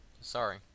Sorry